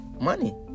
money